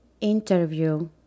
Interview